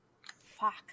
Fuck